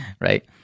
Right